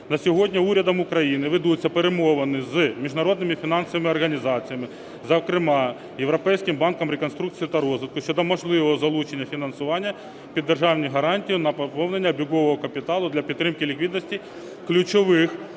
На сьогодні урядом України ведуться перемовини з міжнародними фінансовими організаціями, зокрема Європейським банком реконструкції та розвитку, щодо можливого залучення фінансування під державні гарантії на поповнення обігового капіталу для підтримки ліквідності ключових